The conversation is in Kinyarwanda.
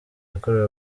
yakorewe